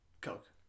coke